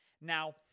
Now